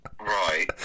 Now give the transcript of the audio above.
Right